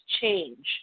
change